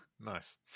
Nice